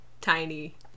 Tiny